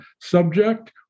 subject